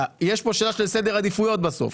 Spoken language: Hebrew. יש פה שאלה של סדר עדיפויות בסוף,